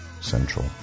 Central